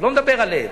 לא מדבר עליהם.